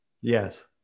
Yes